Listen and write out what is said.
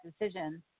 decision